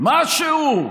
משהו.